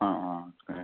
ആ ആ അതെ